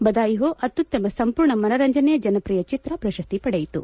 ಬದಾಯಿ ಹೋ ಅತ್ಯುತ್ತಮ ಸಂಪೂರ್ಣ ಮನರಂಜನೆಯ ಜನಪ್ರಿಯ ಚಿತ್ರ ಪ್ರಶಸ್ತಿ ಪಡೆಯಿತು